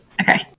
Okay